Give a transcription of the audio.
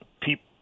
people